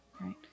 Right